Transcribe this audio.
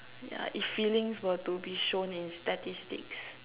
yeah if feelings were to be shown in statistics